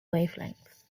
wavelengths